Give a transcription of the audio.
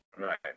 Right